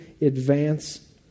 advance